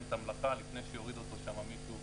את המלאכה לפני שיוריד אותו שם מישהו,